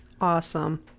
Awesome